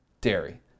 Dairy